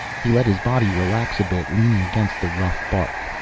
he let his body relax a bit, leaning against the rough bark.